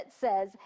says